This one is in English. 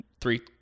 three